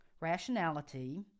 rationality